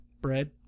Bread